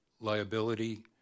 liability